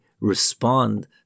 respond